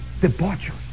debauchery